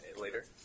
later